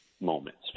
moments